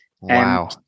Wow